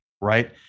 right